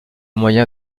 moyen